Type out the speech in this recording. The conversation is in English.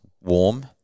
warm